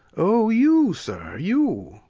o, you, sir, you!